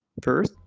first,